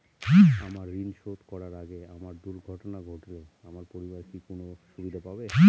আমার ঋণ শোধ করার আগে আমার দুর্ঘটনা ঘটলে আমার পরিবার কি কোনো সুবিধে পাবে?